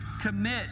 Commit